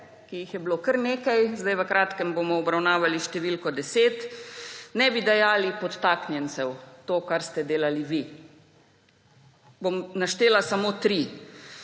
ki jih je bilo kar nekaj, zdaj v kratkem bomo obravnavali številko 10, ne bi dajali podtaknjencev, kar ste delali vi. Bom naštela samo tri.